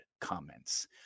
comments